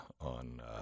on